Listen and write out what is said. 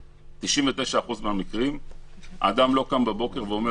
ב-99% מהמקרים האדם לא קם בבוקר ומבקש